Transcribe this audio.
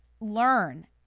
learn